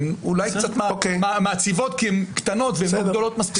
הן אולי קצת מעציבות כי הן קטנות ולא גדולות מספיק.